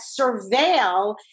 surveil